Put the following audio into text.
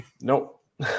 Nope